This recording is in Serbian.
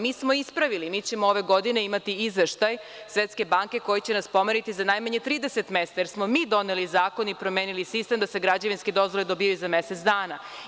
Mi smo ispravili, mi ćemo ove godine imati izveštaj Svetske banke, koji će nas pomeriti za najmanje 30 mesta, jer smo mi doneli zakon i promenili sistem da se građevinske dozvole dobijaju za mesec dana.